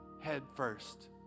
headfirst